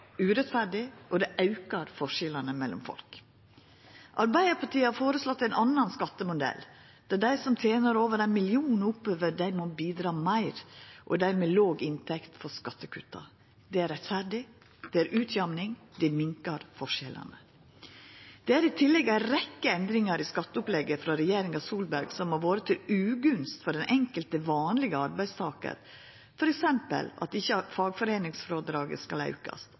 urettferdig, og det aukar forskjellane mellom folk. Arbeidarpartiet har føreslått ein annan skattemodell. Dei som tener over 1 mill. kr, må bidra meir, og dei med låg inntekt skal få skattekutta. Det er rettferdig, det er utjamning, det minkar forskjellane. I tillegg er det ei rekkje endringar i skatteopplegget frå regjeringa Solberg som har vore ugunstig for den enkelte vanlege arbeidstakar, f.eks. at ikkje fagforeiningsfrådraget skal aukast,